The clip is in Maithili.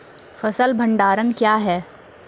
फसल भंडारण क्या हैं?